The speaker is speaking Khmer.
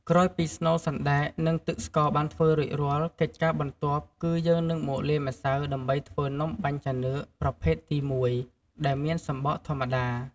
ក្រោយពីស្នូលសណ្ដែក និងទឹកស្ករបានធ្វើរួចរាល់ កិច្ចការបន្ទាប់គឺ យើងនឹងមកលាយម្សៅដើម្បីធ្វើនំបាញ់ចានឿកប្រភេទទីមួយ ដែលមានសំបកធម្មតា។